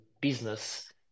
business